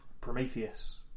Prometheus